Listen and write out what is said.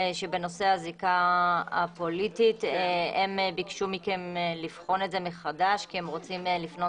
שבנושא הזיקה הפוליטית הם ביקשו מכם לבחון את זה מחדש כי הם רוצים לפנות